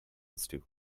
stew